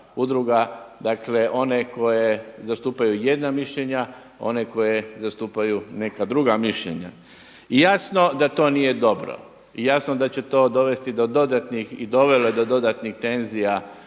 udruga. Dakle, one koje zastupaju jedna mišljenja, one koje zastupaju neka druga mišljenja. I jasno da to nije dobro i jasno da će to dovesti do dodatnih i dovelo je do dodatnih tenzija